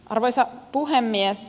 arvoisa puhemies